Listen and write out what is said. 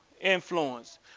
influence